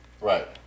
Right